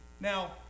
Now